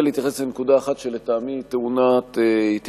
אני רוצה להתייחס לנקודה אחת שלטעמי טעונה התייחסות.